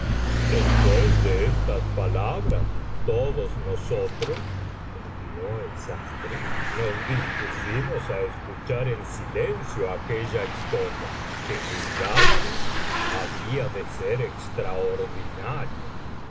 después de estas palabras todos nosotros continuó el sastre nos dispusimos á escuchar en silencio aquella historia que juzgábamos había de ser extraordinaria